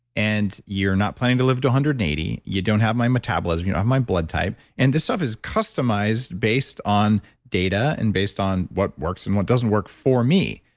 and you're not planning to live to one hundred and eighty. you don't have my metabolism, you don't have my blood type. and this stuff is customized based on data and based on what works and what doesn't work for me.